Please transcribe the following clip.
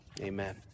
Amen